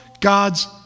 God's